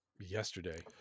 yesterday